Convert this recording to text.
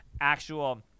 actual –